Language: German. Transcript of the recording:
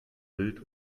wild